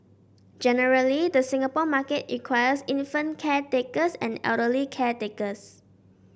generally the Singapore market requires infant caretakers and elderly caretakers